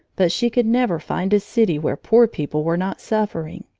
but she could never find a city where poor people were not suffering.